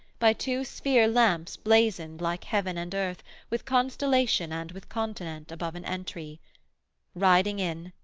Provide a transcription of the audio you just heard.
by two sphere lamps blazoned like heaven and earth with constellation and with continent, above an entry riding in,